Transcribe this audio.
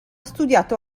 studiato